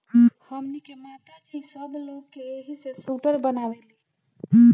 हमनी के माता जी सब लोग के एही से सूटर बनावेली